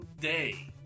day